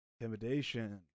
Intimidation